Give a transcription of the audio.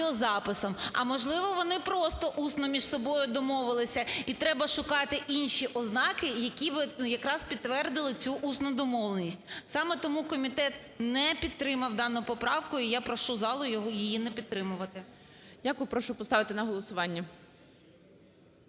А можливо вони просто усно між собою домовилися, і треба шукати інші ознаки, які би якраз підтвердили цю усну домовленість. Саме тому комітет не підтримав дану поправку, і я прошу залу її не підтримувати. ГОЛОВУЮЧИЙ. Дякую. Прошу поставити на голосування.